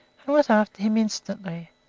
and was after him instantly.